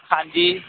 ਹਾਂਜੀ